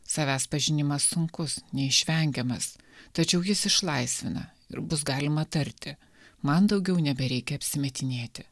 savęs pažinimas sunkus neišvengiamas tačiau jis išlaisvina ir bus galima tarti man daugiau nebereikia apsimetinėti